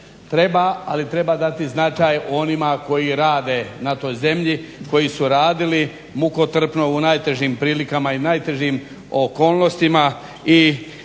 treba ali treba dati značaj o onima koji rade na toj zemlji, koji su radili mukotrpno u najtežim prilikama i najtežim okolnostima